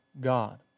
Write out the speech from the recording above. God